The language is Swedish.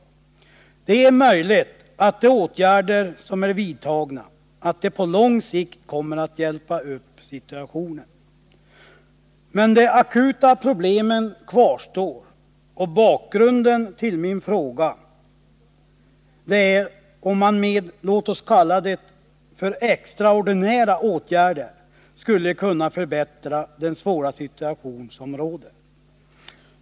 Det är möjligt att de åtgärder som är vidtagna kommer att hjälpa upp situationen på lång sikt. Men de akuta problemen kvarstår, och min fråga är om man med -— låt oss kalla det så — extraordinära åtgärder skulle kunna förbättra den svåra situation som råder.